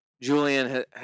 Julian